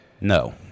No